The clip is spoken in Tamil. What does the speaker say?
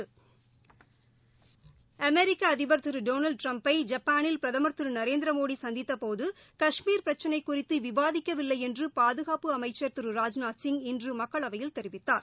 அமெரிக்கஅதிபர் திருடொனால்டுட்டிரம்பை ஜப்பானில் பிரதமர் திருநரேந்திரமோடிசந்தித்தபோது கஷ்மீர் பிரச்சினைகுறித்துவிவாதிக்கவில்லைஎன்றுபாதுகாப்பு அமைச்சர் ராஜ்நாத்சிங் இன்றுமக்களவையில் தெரிவித்தார்